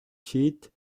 chiite